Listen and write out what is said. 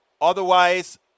Otherwise